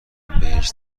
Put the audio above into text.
بهش